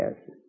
yes